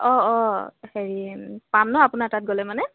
অঁ অঁ হেৰি পাম ন' আপোনাৰ তাত গ'লে মানে